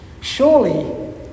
Surely